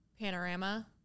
Panorama